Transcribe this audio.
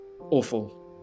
awful